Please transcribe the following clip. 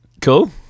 Cool